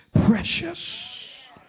precious